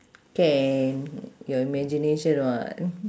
can your imagination [what]